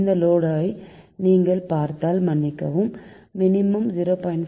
இந்த டேட்டா வை நீங்கள் பார்த்தால் மன்னிக்கவும் மினிமம் 0